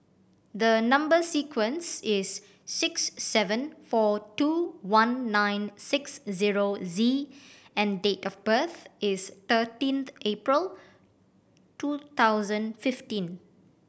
the number sequence is S seven four two one nine six zero Z and date of birth is thirteenth April two thousand fifteen